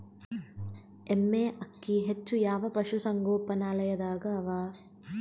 ಎಮ್ಮೆ ಅಕ್ಕಿ ಹೆಚ್ಚು ಯಾವ ಪಶುಸಂಗೋಪನಾಲಯದಾಗ ಅವಾ?